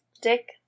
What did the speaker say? Dick